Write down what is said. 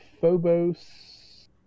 Phobos